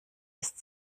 ist